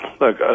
look